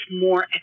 more